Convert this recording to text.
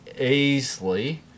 easily